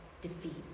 defeat